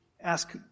ask